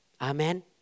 Amen